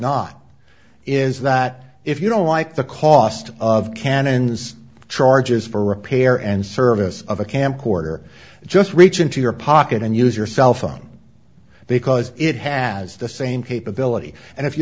not is that if you don't like the cost of cannon's charges for repair and service of a camcorder just reach into your pocket and use your cell phone because it has the same capability and if you